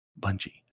Bungie